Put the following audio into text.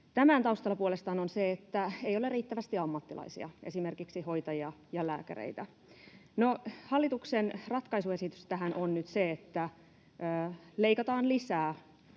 Tämän taustalla puolestaan on se, että ei ole riittävästi ammattilaisia, esimerkiksi hoitajia ja lääkäreitä. No, hallituksen ratkaisuesitys tähän on nyt se, että leikataan lisää.